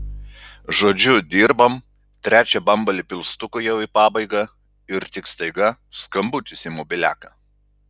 žodžiu dirbam trečią bambalį pilstuko jau į pabaigą ir tik staiga skambutis į mobiliaką